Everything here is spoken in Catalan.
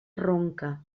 ronca